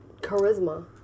charisma